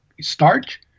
starch